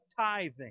tithing